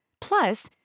Plus